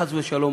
חס ושלום,